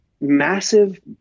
massive